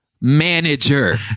manager